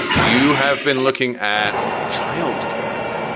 you have been looking at child care.